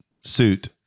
suit